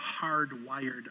hardwired